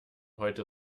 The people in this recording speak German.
heute